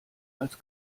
als